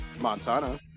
montana